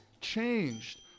changed